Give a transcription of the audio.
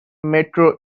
metro